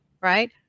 right